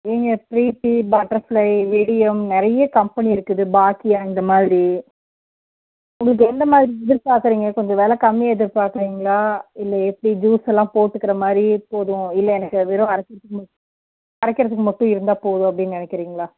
நீங்கள் ப்ரீத்தி பட்டர்ஃப்ளை விடியம் நிறைய கம்பெனி இருக்குது பாக்யா அந்தமாதிரி உங்களுக்கு எந்தமாதிரி எதிர்பார்க்குறீங்க கொஞ்சம் வில கம்மியாக எதிர்பார்க்குறீங்களா இல்லை எப்படி ஜூஸ்ஸெல்லாம் போட்டுக்கிற மாதிரி போதும் இல்லை எனக்கு வெறும் அரைக்கிறதுக்கு மட் அரைக்கிறதுக்கு மட்டும் இருந்தாப் போதும் அப்படின்னு நினைக்கிறீங்களா